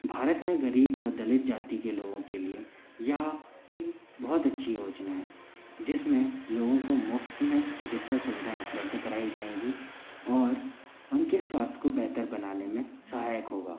भारत में गरीब और दलित जाति के लोगों के लिए यह एक बहुत अच्छी योजना है जिसमें लोगों को मुफ़्त में चिकित्सा सुविधाएँ उपलब्ध कराई जाएंगी और उनके स्वास्थ को बेहतर बनाने में सहायक होगा